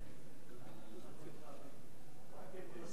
לפני חודש, לא.